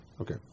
Okay